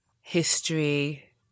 history